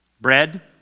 Bread